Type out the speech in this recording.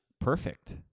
perfect